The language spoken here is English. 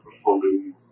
performing